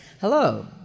hello